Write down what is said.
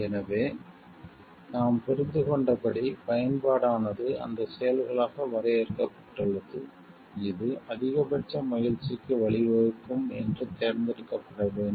எனவே நாம் புரிந்துகொண்டபடி பயன்பாடானது அந்த செயல்களாக வரையறுக்கப்பட்டுள்ளது இது அதிகபட்ச மகிழ்ச்சிக்கு வழிவகுக்கும் என்று தேர்ந்தெடுக்கப்பட வேண்டும்